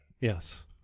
Yes